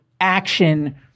action